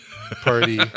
party